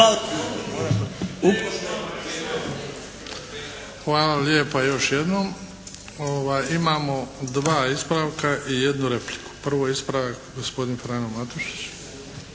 Hvala lijepa još jednom. Imamo dva ispravka i jednu repliku. Prvo ispravak gospodin Frano Matušić.